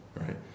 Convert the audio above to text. right